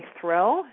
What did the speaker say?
thrill